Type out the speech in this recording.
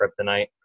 kryptonite